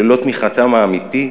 שללא תמיכתם האמיתית,